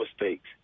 mistakes